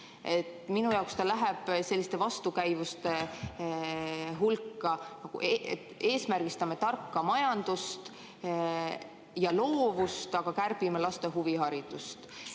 Minu jaoks see liigitub selliste vastukäivuste hulka. Eesmärgistame tarka majandust ja loovust, aga kärbime laste huviharidust.